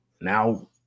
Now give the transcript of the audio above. Now